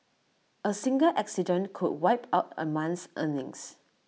A single accident could wipe out A month's earnings